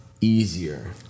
easier